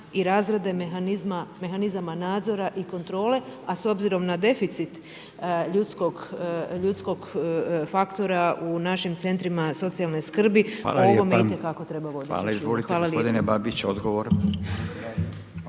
mehanizma, mehanizama nadzora i kontrole a s obzirom na deficit ljudskog faktora u našim centrima socijalne skrbi, o ovome itekako treba voditi računa. Hvala lijepo. **Radin, Furio